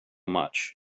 much